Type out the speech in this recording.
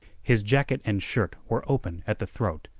his jacket and shirt were open at the throat,